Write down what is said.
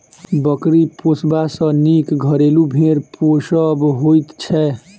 बकरी पोसबा सॅ नीक घरेलू भेंड़ पोसब होइत छै